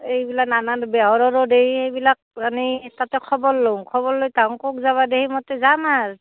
এইবিলাক নানান বেহৰৰো দেই এইবিলাক এনেই তাতে খবৰ লওঁ খবৰ লৈ তেওঁলোকক যাব দিম সেই মতে যাম আৰু